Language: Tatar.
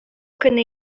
көне